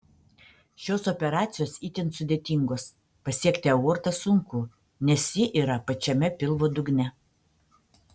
šios operacijos itin sudėtingos pasiekti aortą sunku nes ji yra pačiame pilvo dugne